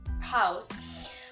house